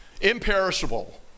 Imperishable